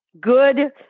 good